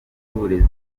uburezi